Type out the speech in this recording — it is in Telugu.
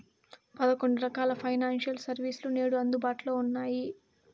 పదకొండు రకాల ఫైనాన్షియల్ సర్వీస్ లు నేడు అందుబాటులో ఉన్నాయి